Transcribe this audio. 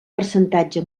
percentatge